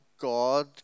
God